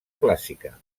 clàssica